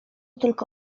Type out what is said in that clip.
tylko